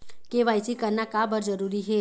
KYC करना का बर जरूरी हे?